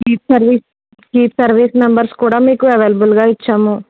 keep service keep service members కూడా మీకు అవైలబుల్గా ఇచ్చాము